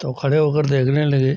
तो खड़े होकर देखने लगे